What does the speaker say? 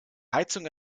heizung